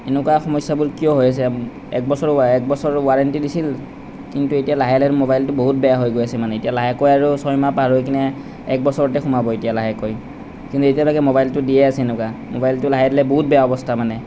এনেকুৱা সমস্যাবোৰ কিয় হৈ আছে এক বছৰ ৱা এক বছৰ ওৱাৰেণ্টি দিছিল কিন্তু এতিয়া লাহে লাহে ম'বাইলটো বহুত বেয়া হৈ গৈ আছে মানে মানে এতিয়া লাহেকৈ আৰু ছয় মাহ পাৰ হৈ কিনে এক বছৰতে সোমাব এতিয়া লাহেকৈ কিন্তু এতিয়ালৈকে ম'বাইলটো দিয়ে আছে এনেকুৱা ম'বাইলটো লাহে লাহে বহুত বেয়া অৱস্থা মানে